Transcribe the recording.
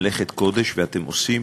מלאכת קודש, ואתם עושים,